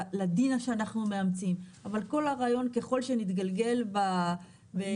לדין שאנחנו מאמצים אבל כל הרעיון ככל שנתגלגל בתהליך